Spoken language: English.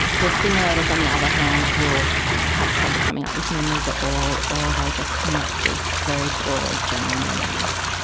the simulators on the other hand will have trouble coming up with memories at all, or they'll just come up with just very broad general memories.